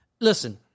listen